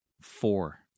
Four